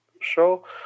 show